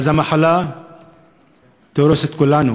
המחלה תהרוס את כולנו.